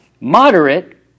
Moderate